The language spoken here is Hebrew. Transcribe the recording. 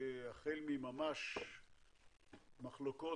החל מממש מחלוקות,